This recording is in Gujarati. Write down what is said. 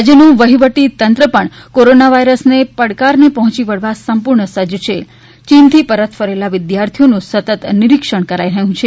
રાજ્યનું વહિવટીતંત્ર પણ કોરોના વાયરસના પડકારને પહોંચી વળવા સંપૂર્ણ સજ્જ છે ચીનથી પરત ફરેલા વિદ્યાર્થીઓનું સતત નિરીક્ષણ કરાઇ રહ્યું છે